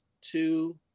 two